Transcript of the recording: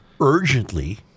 Urgently